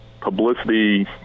publicity